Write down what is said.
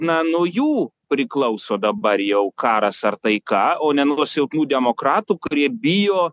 na nuo jų priklauso dabar jau karas ar taika o ne nuo silpnų demokratų kurie bijo